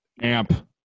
Amp